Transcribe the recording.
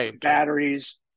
batteries